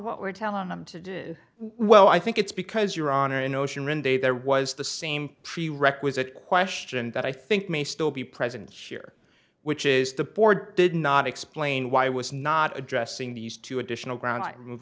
what we're telling them to do well i think it's because you're on an ocean day there was the same prerequisite question that i think may still be present here which is the board did not explain why i was not addressing these two additional ground i move